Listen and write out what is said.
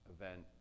event